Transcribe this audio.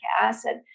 acid